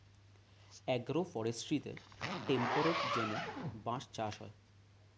agro ফরেস্ট্রিতে temperate জোনে বাঁশ চাষ হয়